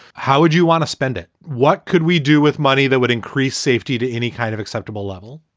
how would you want to spend it? what could we do with money that would increase safety to any kind of acceptable level?